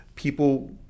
People